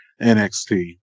NXT